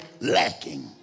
lacking